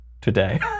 today